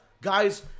guys